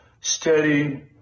Steady